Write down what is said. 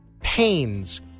pains